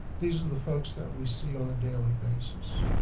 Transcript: these are the folks that we see on a daily basis.